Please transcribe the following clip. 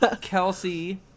Kelsey